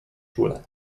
czule